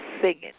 singing